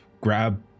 grab